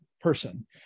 person